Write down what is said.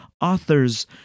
authors